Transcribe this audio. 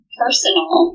personal